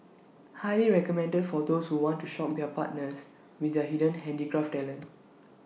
highly recommended for those who want to shock their partners with their hidden handicraft talent